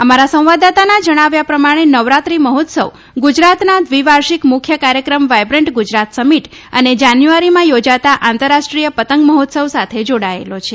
અમારા સંવાદદાતાના જણાવ્યા પ્રમાણે નવરાત્રી મહોત્સવ ગુજરાતના દ્વિવાર્ષિક મુખ્ય કાર્યક્રમ વાયબ્રન્ટ ગુજરાત સમિટ અને જાન્યુઆરીમાં યોજાતા આંતરરાષ્ટ્રીય પતંગ મહોત્સવ સાથે જોડાયેલો છે